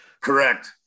Correct